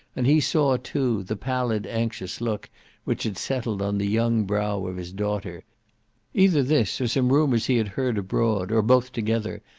and he saw too, the pallid anxious look which had settled on the young brow of his daughter either this, or some rumours he had heard abroad, or both together,